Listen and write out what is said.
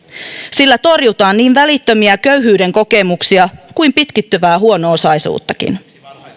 sillä torjutaan niin välittömiä köyhyyden kokemuksia kuin pitkittyvää huono osaisuuttakin